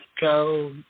go